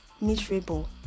miserable